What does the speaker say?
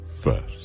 first